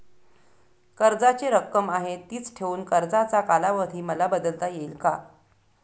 कर्जाची रक्कम आहे तिच ठेवून कर्जाचा कालावधी मला बदलता येईल का?